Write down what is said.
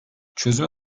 çözüme